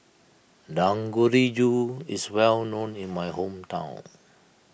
Dangojiru is well known in my hometown